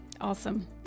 Awesome